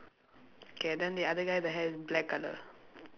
K then the other guy the hair is black colour